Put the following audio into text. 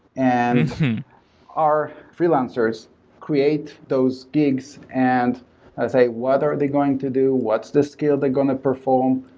and our freelancers create those gigs, and say what are they going to do, what's the skill they're going to perform,